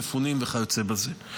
מפונים וכיוצא בזה.